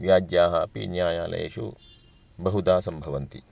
व्याज्याः अपि न्यायालयेषु बहुधा सम्भवन्ति